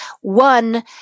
one